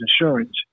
insurance